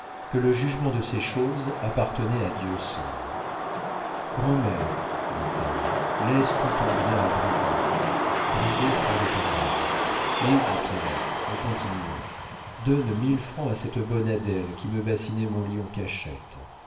que le jugement de ces choses appartenait à dieu seul grand'mère dit-elle laisse tout ton bien à brigaut brigaut fondait en larmes et dit pierrette en continuant donne mille francs à cette bonne adèle qui me bassinait mon lit en cachette